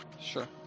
Sure